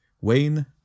Wayne